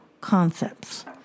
concepts